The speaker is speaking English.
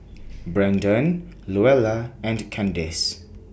Brandan Luella and Kandace